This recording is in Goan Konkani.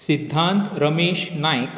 सिध्दांत रमेश नायक